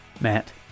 Matt